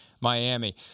Miami